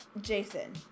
Jason